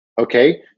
Okay